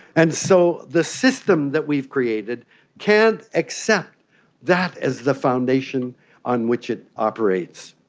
and so the system that we've created can't accept that as the foundation on which it operates.